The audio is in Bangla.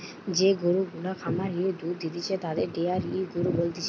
যে গরু গুলা খামারে দুধ দিতেছে তাদের ডেয়ারি গরু বলতিছে